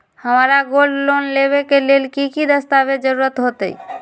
हमरा gold loan लेबे के लेल कि कि दस्ताबेज के जरूरत होयेत?